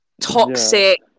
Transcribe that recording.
toxic